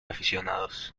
aficionados